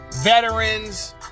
veterans